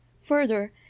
Further